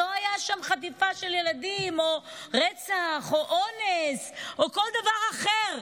לא הייתה חטיפה של ילדים או רצח או אונס או כל דבר אחר.